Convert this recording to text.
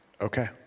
Okay